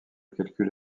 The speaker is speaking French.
calcul